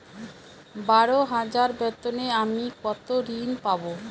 বারো হাজার বেতনে আমি কত ঋন পাব?